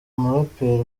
umuraperi